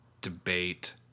debate